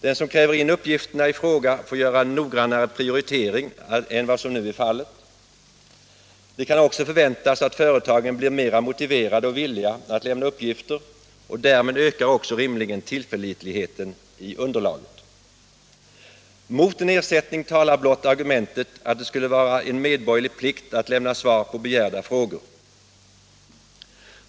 Den som kräver in uppgifterna i fråga får göra en noggrannare prioritering än vad som nu är fallet. Det kan också förväntas att företagen blir mer motiverade och villiga att lämna uppgifter. Därmed ökar rimligen tillförlitligheten i underlaget. Mot en ersättning talar blott argumentet att det skulle vara en medborgerlig plikt att lämna svar på begärda frågor.